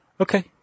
Okay